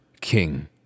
king